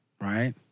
right